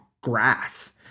grass